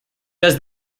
does